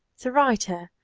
the writer,